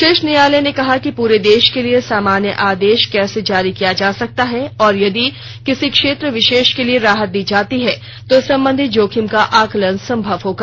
शीर्ष न्यायालय ने कहा कि पूरे देश के लिए सामान्य आदेश कैसे जारी किया जा सकता है और यदि किसी क्षेत्र विशेष के लिए राहत दी जाती है तो संबंधित जोखिम का आकलन सम्भव होगा